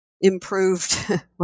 improved